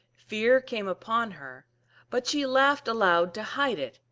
fear came upon her but she laughed aloud to hide it,